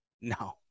no